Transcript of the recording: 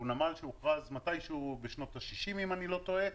שהוא נמל שהוכרז מתישהו בשנות ה-60 אם אני לא טועה,